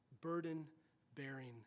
burden-bearing